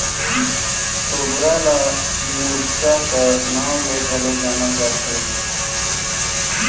तोबरा ल मुड़क्का कर नाव ले घलो जानल जाथे